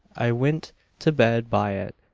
i went to bed by it.